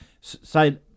say